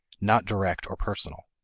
not direct or personal.